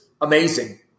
amazing